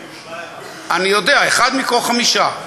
22%. אני יודע, אחד מכל חמישה.